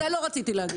את זה לא רציתי להגיד.